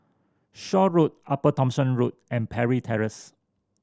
Shaw Road Upper Thomson Road and Parry Terrace